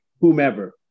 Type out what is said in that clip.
whomever